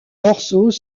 morceaux